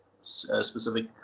specific